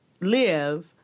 live